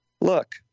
Look